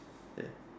ya